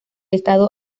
estado